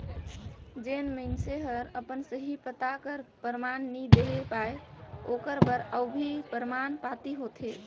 जेन मइनसे हर अपन सही पता कर परमान नी देहे पाए ओकर बर अउ भी परमान पाती होथे